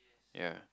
ya